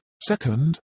second